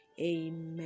Amen